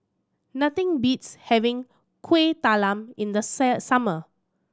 nothing beats having Kuih Talam in the summer